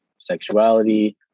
sexuality